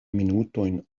minutojn